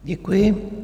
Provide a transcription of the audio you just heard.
Děkuji.